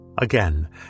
Again